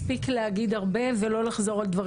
ובאמת הוזכר פה חוק הסרטונים,